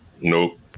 Nope